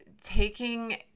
taking